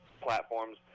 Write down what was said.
platforms